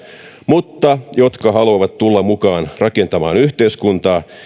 mutta jotka haluavat tulla mukaan rakentamaan yhteiskuntaa